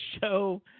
show